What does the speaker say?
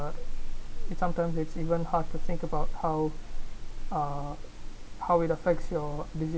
it's sometimes it's even hard to think about how uh how it affects your decision